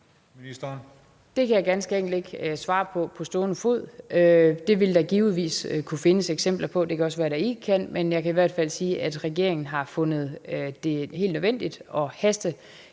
Det kan jeg ganske enkelt ikke svare på på stående fod. Det vil der givetvis kunne findes eksempler på. Det kan også være, at der ikke kan det, men jeg kan i hvert fald sige, at regeringen har fundet det helt nødvendigt at